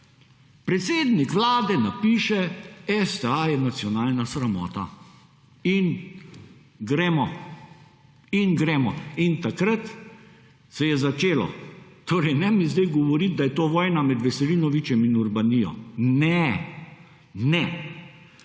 predsednik Vlade napiše STA je nacionalna sramota in gremo in takrat se je začelo torej ne mi sedaj govoriti, da je to vojna med Veselinovićem in Urbanijo ne, ne.